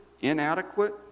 inadequate